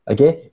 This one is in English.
Okay